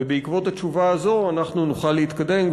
ובעקבות התשובה הזאת אנחנו נוכל להתקדם,